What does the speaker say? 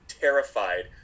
terrified